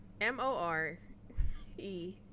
M-O-R-E